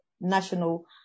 national